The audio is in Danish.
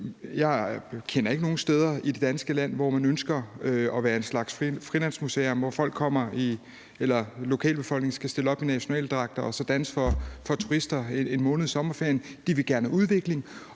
Jeg kender ikke nogen steder i det danske land, hvor man ønsker at være en slags frilandsmuseum, hvor lokalbefolkningen skal stille op i nationaldragter og danse for turister en måned i sommerferien. De vil gerne have udvikling.